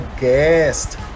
guest